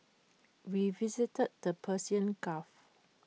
we visited the Persian gulf